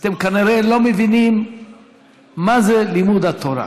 אתם כנראה לא מבינים מה זה לימוד התורה.